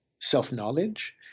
self-knowledge